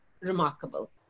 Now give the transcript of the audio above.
remarkable